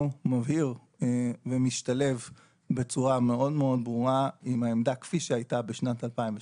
מבהיר ומשתלב בצורה מאוד מאוד ברורה עם העמדה כפי שהייתה בשנת 2012